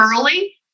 early